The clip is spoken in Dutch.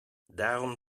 daarom